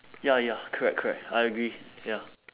ya ya correct correct I agree ya